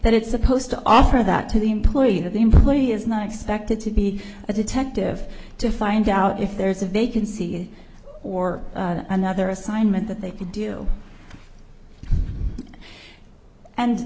that it's supposed to offer that to the employee that the employee is not expected to be a detective to find out if there's a vacancy or another assignment that they could do and